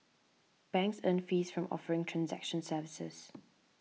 banks earn fees from offering transaction services